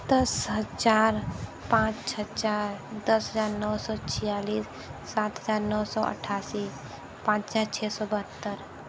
दस हज़ार पाँच हज़ार दस हज़ार नौ सौ छियालीस सात हज़ार नौ सौ अठासी पाँच हज़ार छः सौ बहत्तर